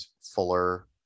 fuller